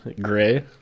Gray